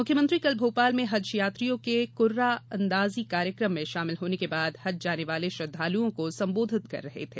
मुख्यमंत्री कल भोपाल में हज यात्रियों के क्रआ अंदाजी कार्यक्रम में शामिल होने के बाद हज जाने वाले श्रद्वालुओं को संबोधित कर रहे थे